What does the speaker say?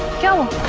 go